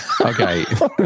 Okay